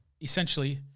essentially